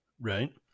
Right